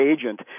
agent